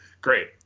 great